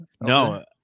No